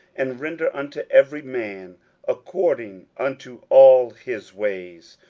and render unto every man according unto all his ways,